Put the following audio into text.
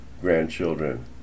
grandchildren